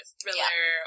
thriller